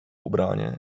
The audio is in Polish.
ubranie